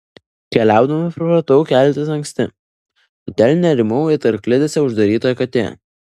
keliaudama pripratau keltis anksti todėl nerimau it arklidėse uždaryta katė